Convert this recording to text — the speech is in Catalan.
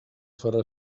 farà